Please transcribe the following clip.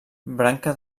branca